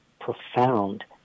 profound